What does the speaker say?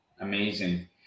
Amazing